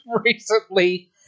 recently